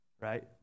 Right